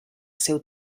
seu